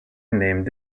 named